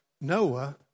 Noah